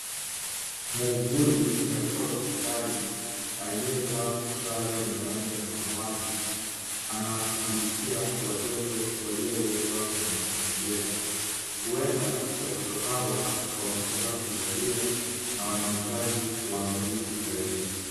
Muuguzi katika hospitali aliyevaa sare ya rangi ya samawati anawashughulikia watoto waliowekwa kwenye incubator . Huenda watoto hawa wametoka kuzaliwa na wanahitaji uangalifu zaidi.